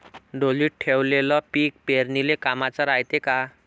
ढोलीत ठेवलेलं पीक पेरनीले कामाचं रायते का?